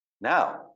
Now